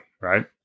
right